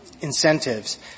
incentives